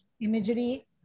imagery